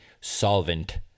solvent